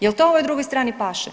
Jel' to ovoj drugoj strani paše?